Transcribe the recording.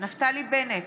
נפתלי בנט,